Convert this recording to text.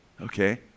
okay